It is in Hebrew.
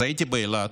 אז הייתי באילת,